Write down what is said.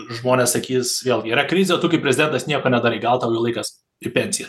žmonės sakys vėl yra krizė tu kaip prezidentas nieko nedarai gal tau jau laikas į pensiją